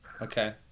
Okay